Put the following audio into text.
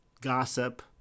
gossip